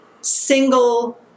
single